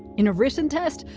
in a written test,